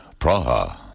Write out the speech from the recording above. Praha